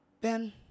Ben